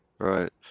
Right